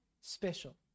special